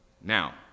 now